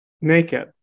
naked